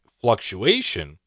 fluctuation